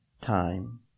time